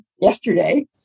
yesterday